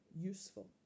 useful